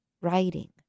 writing